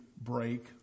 break